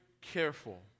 careful